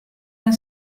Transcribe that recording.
men